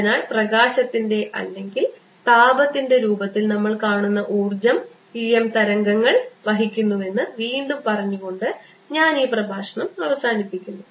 അതിനാൽ പ്രകാശത്തിന്റെ അല്ലെങ്കിൽ താപത്തിന്റെ രൂപത്തിൽ നമ്മൾ കാണുന്ന ഊർജ്ജം e m തരംഗങ്ങൾ വഹിക്കുന്നുവെന്ന് വീണ്ടും പറഞ്ഞുകൊണ്ട് ഞാൻ ഈ പ്രഭാഷണം അവസാനിപ്പിക്കുന്നു